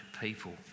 people